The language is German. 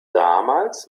damals